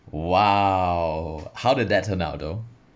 !wow! how did that turn out though